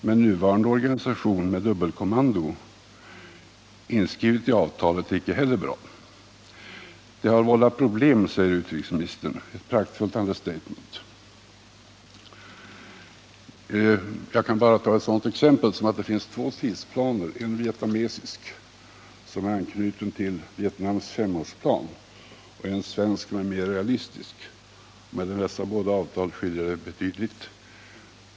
Men nuvarande organisation med dubbelkommando inskrivet i avtalet är icke heller bra. Det har vållat problem, säger utrikesministern. Ett praktfullt understatement! Jag kan bara ta ett sådant exempel som att det finns två tidsplaner, en vietnamesisk, som är anknuten till Vietnams femårsplan, och en svensk, som är mera realistisk. Mellan dessa båda planer ärdet en betydande skillnad.